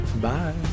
bye